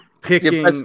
picking